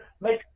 make